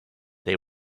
they